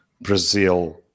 Brazil